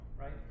Right